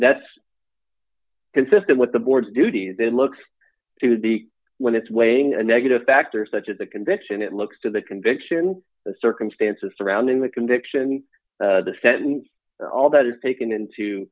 that's consistent with the board's duties they look to be when it's weighing a negative factors such as the conviction it looks to the conviction the circumstances surrounding the conviction the sentence all that is taken into